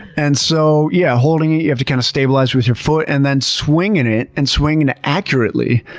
and so, yeah, holding it you have to, kind of, stabilize it with your foot. and then swinging it, and swinging accurately,